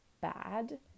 bad